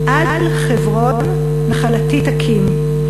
"על חברון נחלתי תקים,